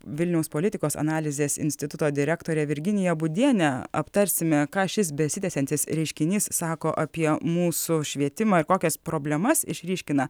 vilniaus politikos analizės instituto direktore virginija būdiene aptarsime ką šis besitęsiantis reiškinys sako apie mūsų švietimą ir kokias problemas išryškina